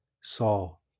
Saul